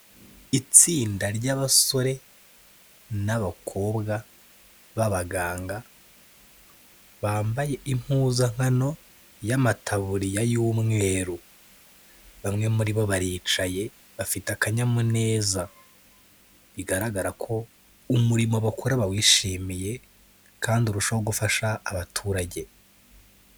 Itsinda ry'abasore n'abakobwa b'abaganga, bambaye impuzankano y'amataburiya y'umweru, bamwe muri bo baricaye bafite akanyamuneza, bigaragara ko umurimo bakora bawishimiye kandi urushaho gufasha abaturage.